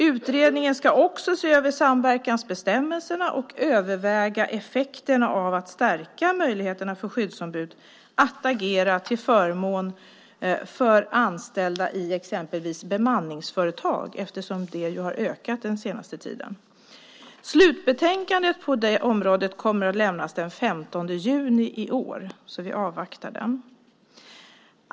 Utredningen ska också se över samverkansbestämmelserna och överväga effekterna av att stärka möjligheterna för skyddsombud att agera till förmån för anställda i exempelvis bemanningsföretag - de har ju ökat under den senaste tiden. Slutbetänkandet på det området kommer att lämnas den 15 juni i år, så vi avvaktar det.